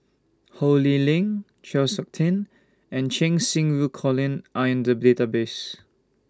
Ho Lee Ling Chng Seok Tin and Cheng Xinru Colin Are in The Database